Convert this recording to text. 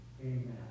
Amen